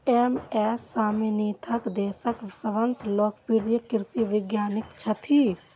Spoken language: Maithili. एम.एस स्वामीनाथन देशक सबसं लोकप्रिय कृषि वैज्ञानिक छथि